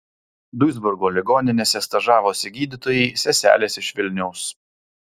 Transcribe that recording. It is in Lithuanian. duisburgo ligoninėse stažavosi gydytojai seselės iš vilniaus